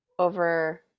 over